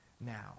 now